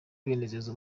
binezeza